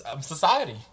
society